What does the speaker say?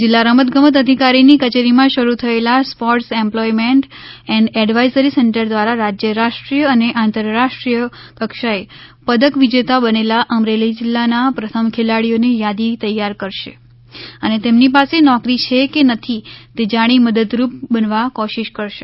જિલ્લા રમત ગમત અધિકારી ની કચેરી માં શરૂ થયેલા sports employment and advisory centre દ્વારા રાજ્ય રાષ્ટ્રીય અને આંતરરાષ્ટ્રીય કક્ષાએ પદક વિજેતા બનેલા અમરેલી જિલ્લાના પ્રથમ ખેલાડીઓની યાદી તૈયાર કરશે અને તેમની પાસે નોકરી છે કે નથી તે જાણી મદદરૂપ બનવા કોશિશ કરશે